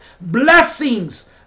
Blessings